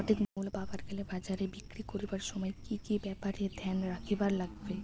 সঠিক মূল্য পাবার গেলে বাজারে বিক্রি করিবার সময় কি কি ব্যাপার এ ধ্যান রাখিবার লাগবে?